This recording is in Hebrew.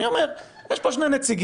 אני אומר: יש פה שני נציגים,